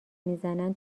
میزنن